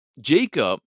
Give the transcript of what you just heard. Jacob